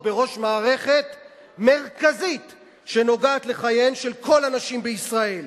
בראש מערכת מרכזית שנוגעת לחייהן של כל הנשים בישראל.